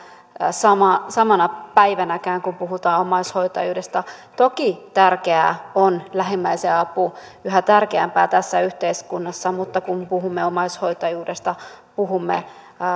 samana päivänäkään kun puhutaan omaishoitajuudesta toki tärkeää on lähimmäisen apu yhä tärkeämpää tässä yhteiskunnassa mutta kun puhumme omaishoitajuudesta puhumme